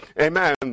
amen